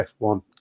F1